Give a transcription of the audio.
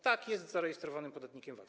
Tak, jest zarejestrowanym podatnikiem VAT.